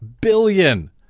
billion